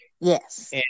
Yes